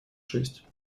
шесть